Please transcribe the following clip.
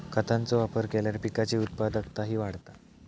खतांचो वापर केल्यार पिकाची उत्पादकताही वाढता